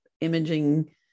imaging